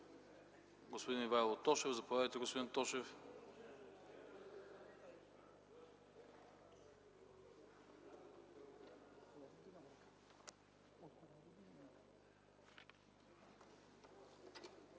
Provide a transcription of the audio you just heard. господин Ивайло Тошев. Заповядайте, господин Тошев.